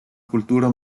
cultura